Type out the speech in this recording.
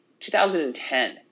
2010